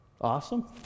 Awesome